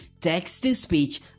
Text-to-speech